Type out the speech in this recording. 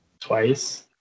twice